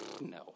No